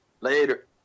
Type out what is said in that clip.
Later